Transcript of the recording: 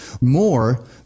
more